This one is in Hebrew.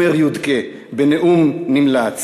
אומר יודק'ה בנאום נמלץ,